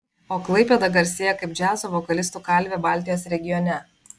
o klaipėda garsėja kaip džiazo vokalistų kalvė baltijos regione